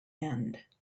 end